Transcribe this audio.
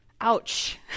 Ouch